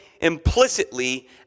implicitly